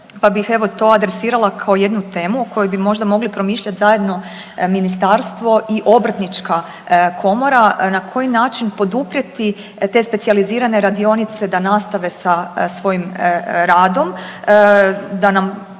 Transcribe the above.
pa bih evo to adresirala kao jednu temu o kojoj bi možda mogli promišljati zajedno Ministarstvo i Obrtnička komora na koji način poduprijeti te specijalizirane radionice da nastave sa svojim radom da nam